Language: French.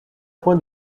point